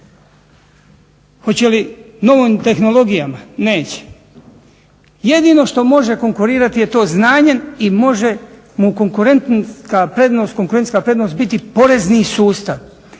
Hoće li novim tehnologijama? Neće. Jedino što može konkurirati je to znanjem i može mu konkurentska prednost biti porezni sustav.